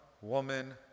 woman